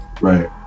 Right